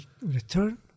return